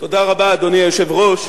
תודה רבה, אדוני היושב-ראש.